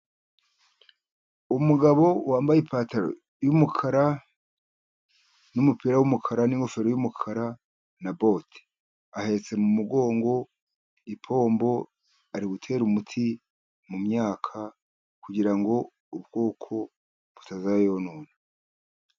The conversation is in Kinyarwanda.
Umugabo wambaye ipantaro y'umukara n'umupira w'umukara n'ingofero y'umukara na bote. Ahetse mu mugongo ipombo, ari gutera umuti mu myaka kugira ngo ubukoko butazayonona.